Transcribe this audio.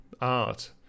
art